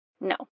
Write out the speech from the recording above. No